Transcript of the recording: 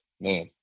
Man